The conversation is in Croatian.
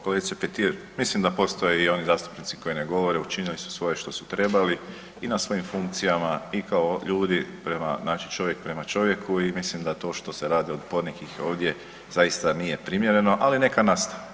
Kolegice Petir, mislim da postoje i oni zastupnici koji ne govore, a učinili su svoje što su trebali i na svojim funkcijama i kao ljudi prema, znači čovjek prema čovjeku i mislim da to što se radi od ponekih ovdje zaista nije primjereno, ali neka nastave.